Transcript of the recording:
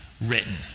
written